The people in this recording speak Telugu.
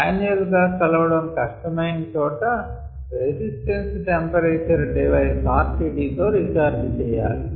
మాన్యువల్ గా కొలవడం కష్టమైనా చోట resistance temperature device resistance temperature device RTD తో రికార్డ్ చెయ్యాలి